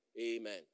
Amen